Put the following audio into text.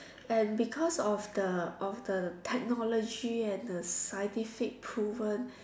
and because of the of the technology and the scientific proven